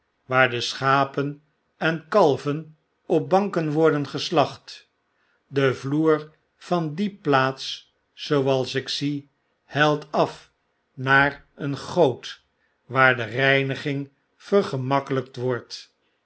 waar de schapen en kalven op banken worden geslacht de vloer van die plaats zooals ik zie belt af naar een goot waar de reiniging vergemakkelijkt wordt